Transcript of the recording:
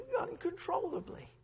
uncontrollably